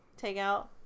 Takeout